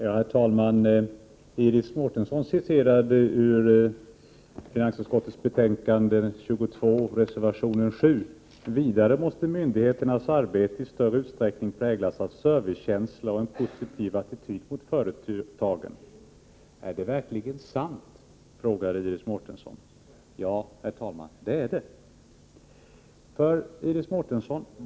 Herr talman! Iris Mårtensson citerade följande ur reservation nr 7 vid finansutskottets betänkande 22: ”Vidare måste myndigheternas arbete i större utsträckning präglas av servicekänsla och en positiv attityd mot företagen.” Är det verkligen sant, frågade Iris Mårtensson. Ja, herr talman, det är det.